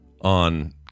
on